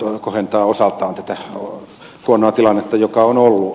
se kohentaa osaltaan tätä huonoa tilannetta joka on ollut